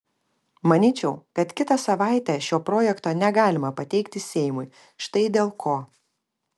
manyčiau kad kitą savaitę šio projekto negalima pateikti seimui štai dėl ko